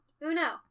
uno